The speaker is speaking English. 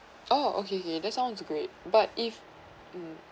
orh okay okay that sounds great but if mm